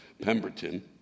Pemberton